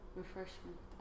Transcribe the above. refreshment